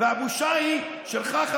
הבושה היא שלך,